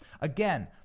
Again